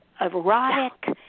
erotic